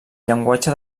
llenguatge